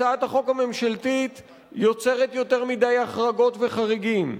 הצעת החוק הממשלתית יוצרת יותר מדי החרגות וחריגים,